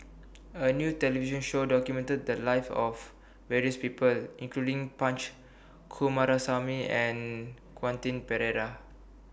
A New television Show documented The Lives of various People including Punch Coomaraswamy and Quentin Pereira